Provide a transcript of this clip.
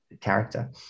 character